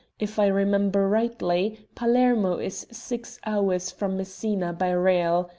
if i remember rightly, palermo is six hours from messina by rail.